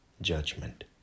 Judgment